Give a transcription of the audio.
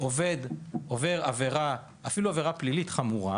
עובד עובר עבירה אפילו עבירה פלילית חמורה